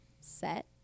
set